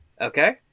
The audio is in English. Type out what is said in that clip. Okay